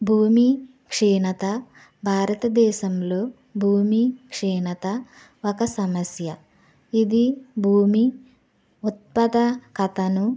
భూమి క్షీణత భారతదేశంలో భూమి క్షీణత ఒక సమస్య ఇది భూమి ఉత్పాదకతను